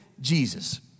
Jesus